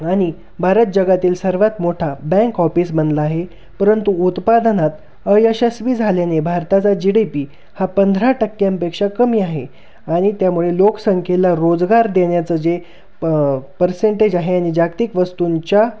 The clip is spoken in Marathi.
आणि भारत जगातील सर्वात मोठा बँक ऑफिस बनला आहे परंतु उत्पादनात अयशस्वी झाल्याने भारताचा जी डी पी हा पंधरा टक्क्यांपेक्षा कमी आहे आणि त्यामुळे लोकसंख्येला रोजगार देण्याचं जे प परर्सेंटेज आहे आणि जागतिक वस्तूंच्या